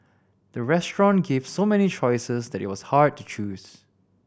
the restaurant gave so many choices that it was hard to choose